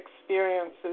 experiences